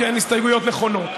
כי הן הסתייגויות נכונות.